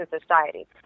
society